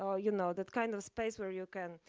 ah you know, that kind of space where you can,